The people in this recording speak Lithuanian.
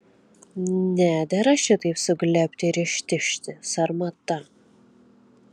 nedera šitaip suglebti ir ištižti sarmata